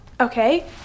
Okay